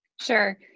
Sure